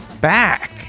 back